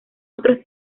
otros